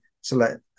select